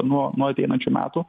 nuo nuo ateinančių metų